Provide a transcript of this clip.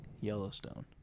yellowstone